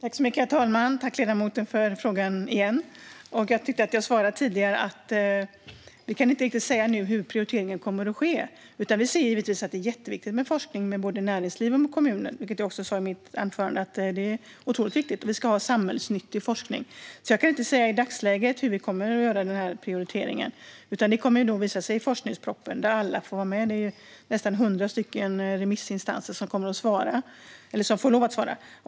Herr talman! Jag tackar återigen ledamoten för frågan. Jag tyckte att jag svarade på den tidigare: Just nu kan vi inte riktigt säga hur prioriteringen kommer att se ut. Vi ser givetvis att det är jätteviktigt för både näringsliv och kommuner med forskning. Jag sa även i mitt anförande att det är otroligt viktigt. Vi ska ha samhällsnyttig forskning. Jag kan inte säga i dagsläget vilken prioritering vi kommer att göra, utan det kommer att visa sig i forskningsproppen. Där får alla vara med; det är nästan hundra remissinstanser som får lov att svara.